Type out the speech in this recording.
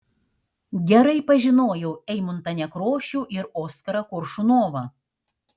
gerai pažinojau eimuntą nekrošių ir oskarą koršunovą